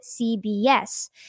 CBS